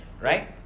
Right